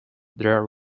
their